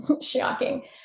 shocking